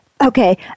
Okay